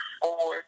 four